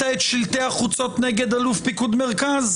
את שלטי החוצות נגד אלוף פיקוד מרכז?